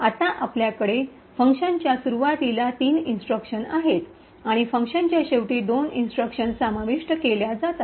आता आपल्याकडे फंक्शनच्या सुरूवातीला तीन इन्स्ट्रक्शन आहेत आणि फंक्शनच्या शेवटी दोन इन्स्ट्रक्शन समाविष्ट केल्या जातात